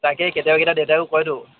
তাকেই কেতিয়াবা কেতিয়াবা দেতাইও কয়টো